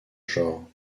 genre